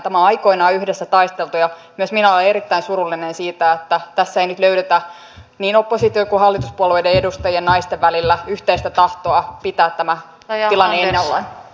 tämä on aikoinaan yhdessä taisteltu ja myös minä olen erittäin surullinen siitä että tässä ei nyt löydetä naisten niin oppositio kuin hallituspuolueiden edustajien välillä yhteistä tahtoa pitää tämä tilanne ennallaan